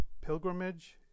pilgrimage